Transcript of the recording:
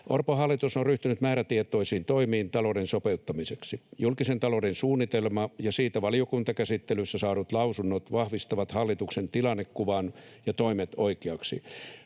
Orpon hallitus on ryhtynyt määrätietoisiin toimiin talouden sopeuttamiseksi. Julkisen talouden suunnitelma ja siitä valiokuntakäsittelyssä saadut lausunnot vahvistavat hallituksen tilannekuvan ja toimet oikeiksi.